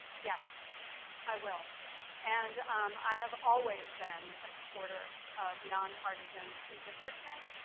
yes i will and um i have always been a supporter of nonpartisan redistricting.